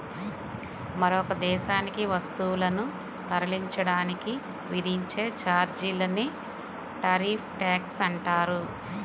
మరొక దేశానికి వస్తువులను తరలించడానికి విధించే ఛార్జీలనే టారిఫ్ ట్యాక్స్ అంటారు